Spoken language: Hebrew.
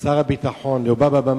שר הביטחון לברק אובמה,